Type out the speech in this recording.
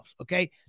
Okay